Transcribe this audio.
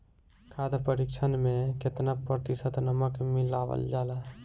खाद्य परिक्षण में केतना प्रतिशत नमक मिलावल जाला?